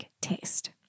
taste